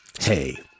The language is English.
Hey